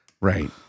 Right